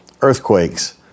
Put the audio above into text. Earthquakes